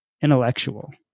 intellectual